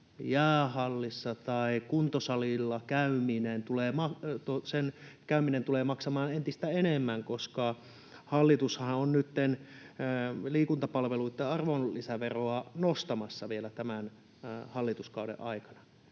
jäähallissa tai kuntosalilla käyminen tulee maksamaan entistä enemmän, koska hallitushan on nytten liikuntapalveluitten arvonlisäveroa nostamassa vielä tämän hallituskauden aikana...